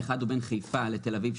האחד בין חיפה לתל אביב,